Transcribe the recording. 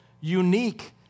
unique